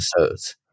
episodes